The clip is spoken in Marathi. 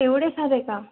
एवढे सारे का